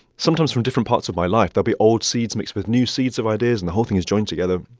sometimes from different parts of my life. there'll be old seeds mixed with new seeds of ideas, and the whole thing is joined together.